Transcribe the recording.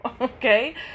Okay